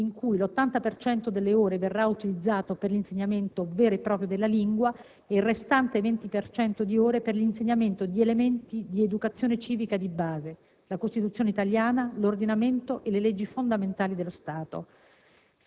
in cui l'80 per cento delle ore verrà utilizzato per l'insegnamento vero e proprio della lingua ed il restante 20 per cento di ore per l'insegnamento di elementi di educazione civica di base: la Costituzione italiana, l'ordinamento e le leggi fondamentali dello Stato.